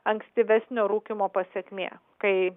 ankstyvesnio rūkymo pasekmė kai